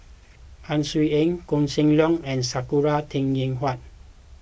Ang Swee Aun Koh Seng Leong and Sakura Teng Ying Hua